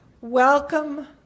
Welcome